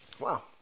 Wow